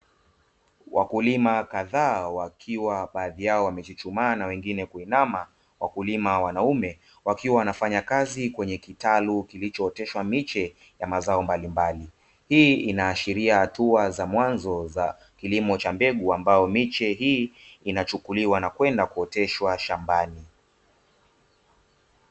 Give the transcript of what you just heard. Wakulima kadhaa, wakiwa baadhi yao wamechuchumaa na wengine kuinama, wakulima wanaume wakiwa wanafanya kazi kwenye kitalu kilichooteshwa miche ya mazao mbalimbali. Hii inaashiria hatua za mwanzo za kilimo cha mbegu, ambacho miche hii inachukuliwa na kwenda kuoteshwa shambani.